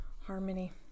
harmony